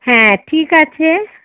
হ্যাঁ ঠিক আছে